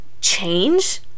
change